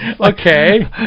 Okay